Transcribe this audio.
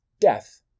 death